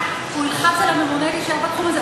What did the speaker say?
הוא ילחץ על הממונה להישאר בתחום הזה,